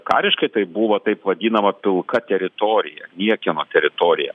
kariškai tai buvo taip vadinama pilka teritorija niekieno teritorija